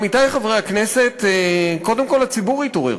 עמיתי חברי הכנסת, קודם כול הציבור התעורר,